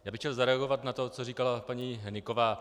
Já bych chtěl zareagovat na to, co říkala paní Hnyková.